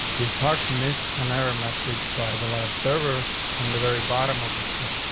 it's hard to miss another ah message by the live server in the very bottom of the screen.